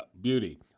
beauty